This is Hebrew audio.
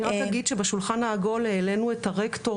אני רק אגיד שבשולחן העגול העלנו את הרקטור,